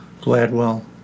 Gladwell